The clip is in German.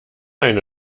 eine